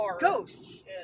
ghosts